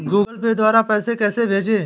Google Pay द्वारा पैसे कैसे भेजें?